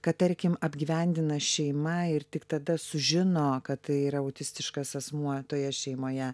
kad tarkim apgyvendina šeima ir tik tada sužino kad tai yra autistiškas asmuo toje šeimoje